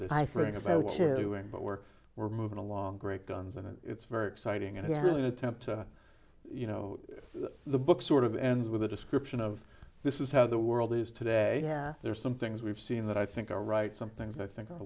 in but we're we're moving along great guns and it's very exciting and here in attempt to you know the book sort of ends with a description of this is how the world is today there are some things we've seen that i think are right some things i think are